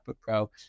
Pro